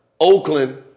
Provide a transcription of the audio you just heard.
Oakland